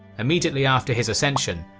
immediately after his ascension,